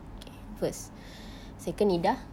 okay first second ida